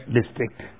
district